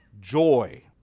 joy